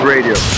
Radio